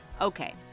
Okay